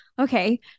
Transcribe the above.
okay